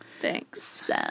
Thanks